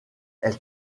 elle